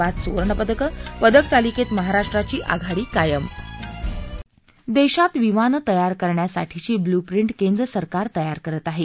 पाच सुवर्णपदकं पदकतालिकेत महाराष्ट्राची आघाडी कायम देशात विमानं तयार करण्यासाठीची बल्यूप्रिंट केंद्र सरकार तयार करत आहे